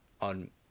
on